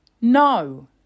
no